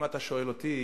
אם אתה שואל אותי,